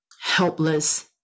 helpless